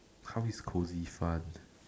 how is called it's fun